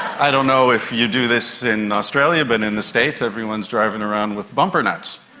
i don't know if you do this in australia but in the states everyone's driving around with bumper nuts.